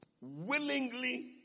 willingly